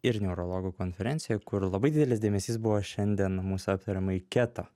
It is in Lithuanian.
ir neurologų konferencijoj kur labai didelis dėmesys buvo šiandien mūsų aptariamai keto